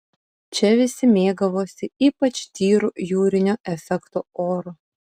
čia visi mėgavosi ypač tyru jūrinio efekto oru